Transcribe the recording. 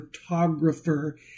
photographer